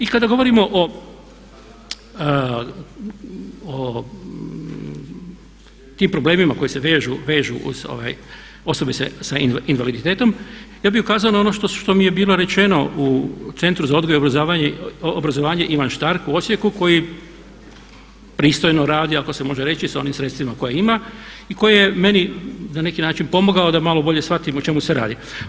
I kada govorimo o tim problemima koji se vežu, vežu uz osobe s invaliditetom ja bi ukazao na ono što mi je bilo rečeno u Centru za odgoj i obrazovanje Ivan Štark u Osijeku koji pristojno radi ako se može reći sa onim sredstvima koja ima i koji je meni na neki način pomogao da malo bolje shvatim o čemu se radi.